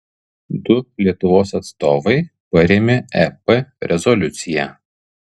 du lietuvos atstovai parėmė ep rezoliuciją